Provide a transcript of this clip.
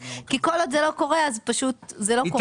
כי כל עוד זה לא קורה אז פשוט זה לא קורה גם פה.